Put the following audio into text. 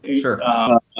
Sure